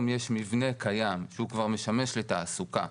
יש מבנה קיים שהוא כבר משמש לתעסוקה,